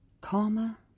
Karma